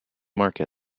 market